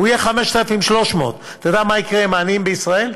הוא יהיה 5,300. אתה יודע מה יקרה עם העניים בישראל?